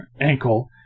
ankle